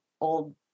old